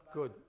Good